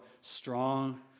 strong